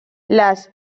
las